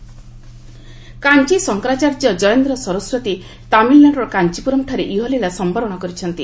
ଶଙ୍କରାଚାର୍ଯ୍ୟ କାଞ୍ଚ ଶଙ୍କରାଚାର୍ଯ୍ୟ ଜୟେନ୍ଦ୍ର ସରସ୍ୱତୀ ତାମିଲନାଡୁର କାଞ୍ଚ୍ପୁରମ୍ଠାରେ ଇହଲୀଳା ସମ୍ଭରଣ କରିଛନ୍ତି